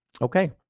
Okay